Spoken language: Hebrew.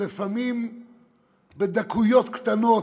לפעמים בדקויות קטנות,